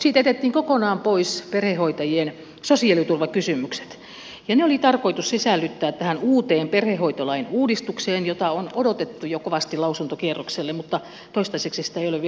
siitä jätettiin kokonaan pois perhehoitajien sosiaaliturvakysymykset ja ne oli tarkoitus sisällyttää tähän uuteen perhehoitolain uudistukseen jota on odotettu jo kovasti lausuntokierrokselle mutta toistaiseksi sitä ei ole vielä kuulunut